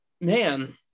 Man